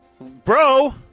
Bro